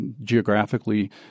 geographically